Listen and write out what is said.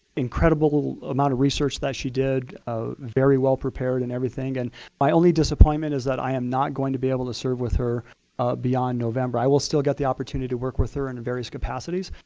incredible amount of research that she did, ah very well prepared in everything. and my only disappointment is that i am not going to be able to serve with her beyond november. i will still get the opportunity to work with her in various capacities,